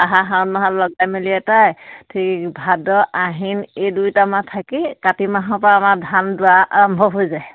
আহাৰ শাওণ মাহত লগাই মেলি এটাই ঠিক ভাদ আহিন এই দুইটা মাহ থাকি কাতি মাহৰ পৰা আমাৰ ধান দুৱা আৰম্ভ হৈ যায়